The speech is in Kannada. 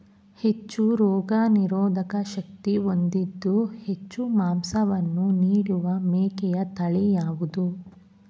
ಹೆಚ್ಚು ರೋಗನಿರೋಧಕ ಶಕ್ತಿ ಹೊಂದಿದ್ದು ಹೆಚ್ಚು ಮಾಂಸವನ್ನು ನೀಡುವ ಮೇಕೆಯ ತಳಿ ಯಾವುದು?